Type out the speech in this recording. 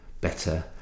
better